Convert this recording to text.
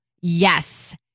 Yes